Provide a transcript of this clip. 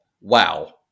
Wow